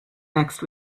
next